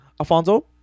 Alfonso